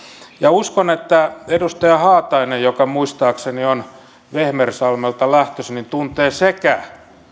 uskon että edustaja haatainen joka muistaakseni on vehmersalmelta lähtöisin tuntee sekä